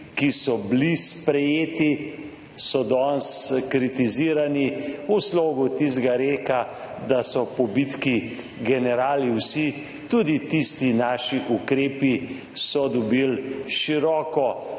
ki so bili sprejeti, so danes kritizirani v slogu tistega reka, da so po bitki generali vsi, tudi tisti naši ukrepi so dobili široko